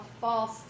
false